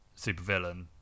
supervillain